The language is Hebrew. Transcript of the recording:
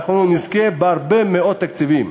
השנה אנחנו נזכה בהרבה מאוד תקציבים.